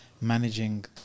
managing